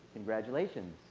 congratulations.